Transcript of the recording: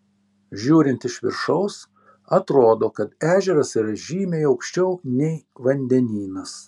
žiūrint iš viršaus atrodo kad ežeras yra žymiai aukščiau nei vandenynas